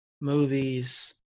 movies